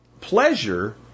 pleasure